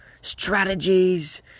strategies